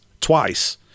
twice